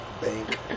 bank